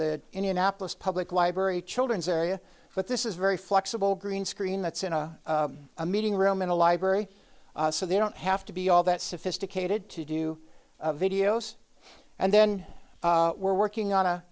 the indianapolis public library children's area but this is very flexible green screen that's in a a meeting room in a library so they don't have to be all that sophisticated to do videos and then we're working on a